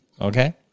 Okay